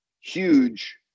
huge